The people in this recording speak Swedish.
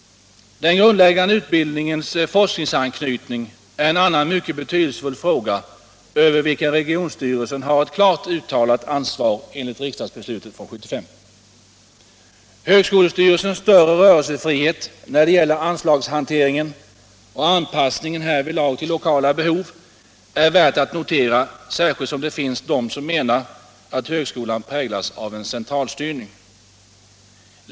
Den grundläggande utbildningens forskningsanknytning är en annan mycket betydelsefull fråga, över vilken regionstyrelsen har ett klart uttalat ansvar enligt riksdagsbeslutet år 1975. Högskolestyrelsens större rörelsefrihet när det gäller anslagshanteringen och anpassningen härvidlag till lokala behov är värd att noteras, särskilt som det finns de som menar att högskolan präglas av en centralstyrning.